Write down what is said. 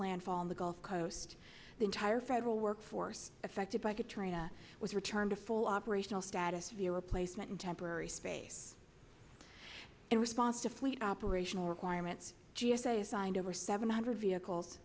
landfall in the gulf coast the entire federal workforce affected by katrina with return to full operational status via a placement in temporary space in response to fleet operational requirements g s a assigned over seven hundred vehicles